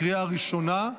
לקריאה ראשונה.